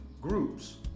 groups